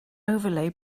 overlay